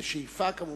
בשאיפה, כמובן.